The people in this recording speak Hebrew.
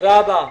תודה רבה.